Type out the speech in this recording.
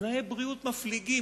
תנאי בריאות מפליגים.